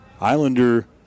Islander